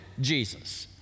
Jesus